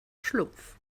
schlumpf